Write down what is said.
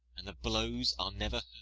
and the blows are never